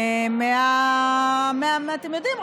אתם יודעים,